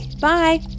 Bye